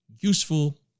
useful